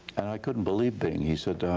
and i couldn't believe bing. he said,